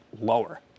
lower